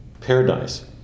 paradise